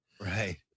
Right